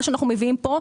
מה שאנחנו מביאים פה,